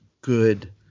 good